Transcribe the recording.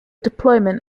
deployment